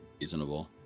reasonable